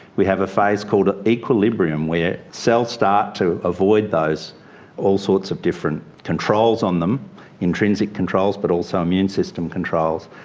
we have a phase called equilibrium, where cells start to avoid those all sorts of different controls on them intrinsic controls but also immune system controls,